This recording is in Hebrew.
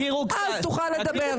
אז תוכל לדבר.